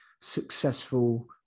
successful